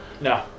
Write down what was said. No